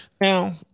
Now